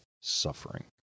suffering